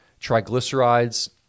triglycerides